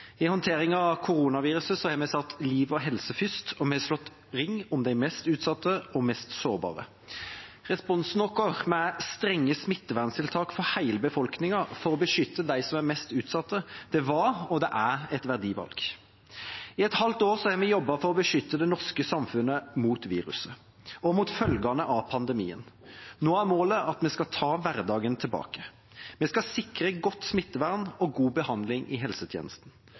I håndteringen av koronaviruset har vi satt liv og helse først, og vi har slått ring om de mest utsatte og mest sårbare. Responsen vår med strenge smitteverntiltak for hele befolkningen for å beskytte dem som er mest utsatt, var og er et verdivalg. I et halvt år har vi jobbet for å beskytte det norske samfunnet mot viruset og mot følgene av pandemien. Nå er målet at vi skal ta hverdagen tilbake. Vi skal sikre godt smittevern og god behandling i helsetjenesten.